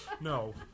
no